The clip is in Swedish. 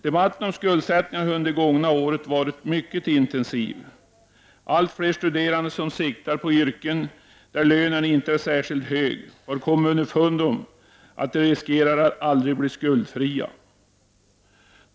Debatten om skuldsättningen har under det gångna året varit mycket intensiv. Allt fler studerande som siktar på yrken där lönen inte är särskilt hög har kommit underfund med att de riskerar att aldrig bli skuldfria.